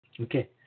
Okay